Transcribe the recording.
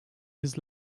his